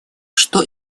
что